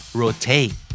rotate